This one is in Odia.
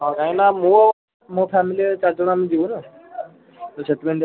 ହଁ କାହିଁକି ନା ମୁଁ ମୋ ଫ୍ୟାମିଲିର ଚାରି ଜଣ ଆମେ ଯିବୁ ନା ତ ସେଥିପାଇଁକା